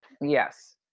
Yes